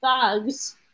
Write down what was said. thugs